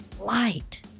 light